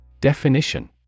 Definition